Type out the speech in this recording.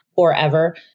forever